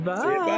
Bye